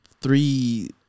three